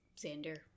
Xander